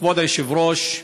כבוד היושב-ראש,